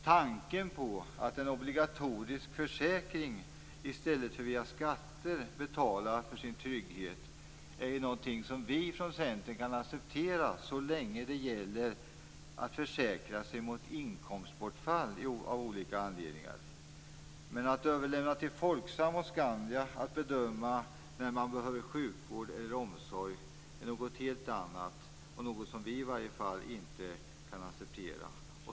Tanken på att via en obligatorisk försäkring i stället för via skatter betala för sin trygghet, är något som vi från Centern kan acceptera så länge det gäller att försäkra sig mot inkomstbortfall av olika slag. Men att överlämna till Folksam och Skandia att bedöma när man behöver sjukvård eller omsorg är något helt annat. Det är något som vi i varje fall inte kan acceptera.